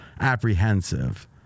apprehensive